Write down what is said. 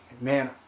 man